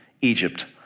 Egypt